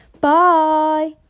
bye